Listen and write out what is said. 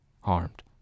harmed